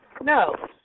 No